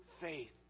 faith